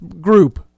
group